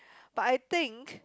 but I think